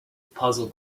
puzzle